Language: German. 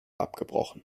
abgebrochen